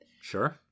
Sure